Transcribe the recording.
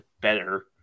better